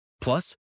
Plus